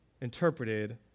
interpreted